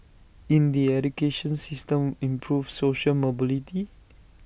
in the education system improve social mobility